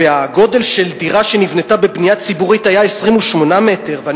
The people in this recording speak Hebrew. והגודל של דירה שנבנתה בבנייה ציבורית היה 28 מטרים רבועים,